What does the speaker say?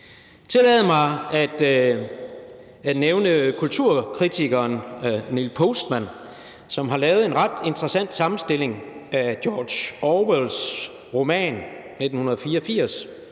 Tillad mig at nævne kulturkritikeren Neil Postman, som har lavet en ret interessant sammenstilling af George Orwells roman »1984«,